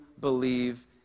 believe